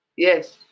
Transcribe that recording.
Yes